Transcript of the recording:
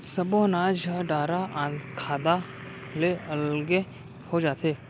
सब्बो अनाज ह डारा खांधा ले अलगे हो जाथे